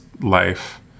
life